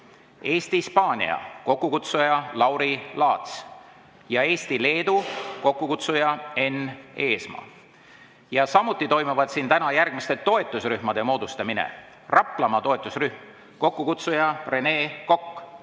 Eesti-Hispaania, kokkukutsuja Lauri Laats; Eesti-Leedu, kokkukutsuja Enn Eesmaa. Samuti toimub siin järgmiste toetusrühmade moodustamine: Raplamaa toetusrühm, kokkukutsuja Rene Kokk;